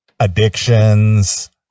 Addictions